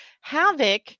havoc